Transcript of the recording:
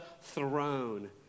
throne